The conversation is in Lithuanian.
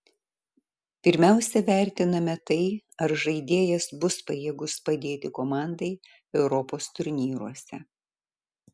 pirmiausia vertiname tai ar žaidėjas bus pajėgus padėti komandai europos turnyruose